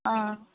ആ